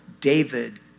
David